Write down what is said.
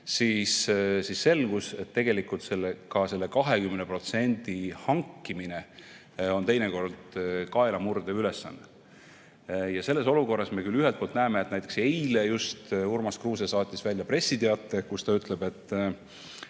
siis selgus, et ka selle 20% hankimine on teinekord kaelamurdev ülesanne. Me küll ühelt poolt näeme, et näiteks eile just Urmas Kruuse saatis välja pressiteate, kus ta ütles, et